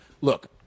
look